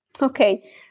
okay